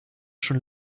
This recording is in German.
schon